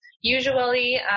usually